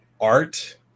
art